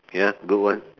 ya do what